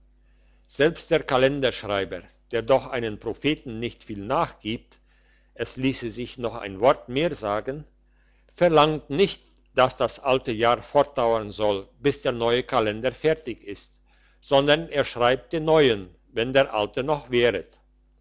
selbst der kalenderschreiber der doch einem propheten nicht viel nachgibt es liesse sich noch ein wort mehr sagen verlangt nicht dass das alte jahr fortdauern soll bis der neue kalender fertig ist sondern er schreibt den neuen wenn das alte noch währet